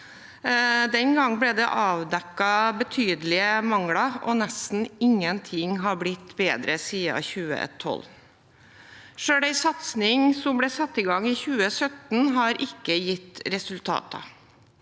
Den gang ble det avdekket betydelige mangler, og nesten ingen ting har blitt bedre siden 2012. Selv en satsing som ble satt i gang i 2017, har ikke gitt resultater.